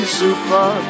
super